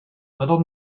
little